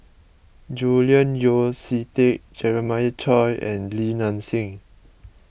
Julian Yeo See Teck Jeremiah Choy and Li Nanxing